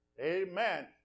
Amen